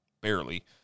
barely